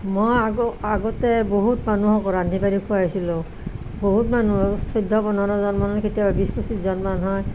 মই আগতে বহুত মানুহক ৰান্ধি বাঢ়ি খুৱাইছিলো বহুত মানুহক চৈধ্য পোন্ধৰজনমান কেতিয়াবা বা বিছ পঁচিছজন হয়